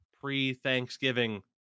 pre-Thanksgiving